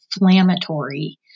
inflammatory